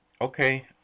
Okay